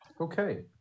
Okay